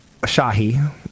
Shahi